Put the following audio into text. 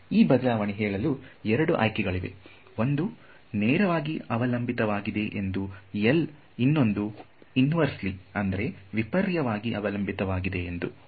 ಈ ಬದಲಾವಣೆ ಹೇಳಲು ಎರಡು ಆಯ್ಕೆಗಳಿವೆ ಒಂದು ನೇರವಾಗಿ ಅವಲಂಬಿತವಾಗಿದೆ ಎಂದು ಇನ್ನೊಂದು ವಿಪರ್ಯ ವಾಗಿ ಅವಲಂಬಿತವಾಗಿದೆ ಎಂದು1L